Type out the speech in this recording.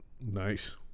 nice